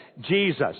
Jesus